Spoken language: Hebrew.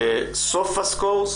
סופה סקווייז